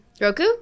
roku